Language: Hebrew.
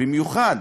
במיוחד